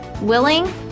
willing